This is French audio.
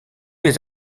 les